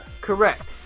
Correct